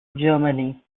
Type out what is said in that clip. germany